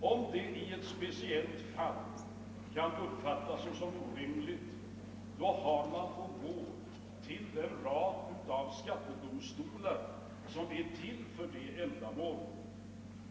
Om detta i ett speciellt fall kan uppfattas såsom orimligt hög beskattning, har man möjlighet att gå till den rad av skattedomstolar som är till för ändamålet.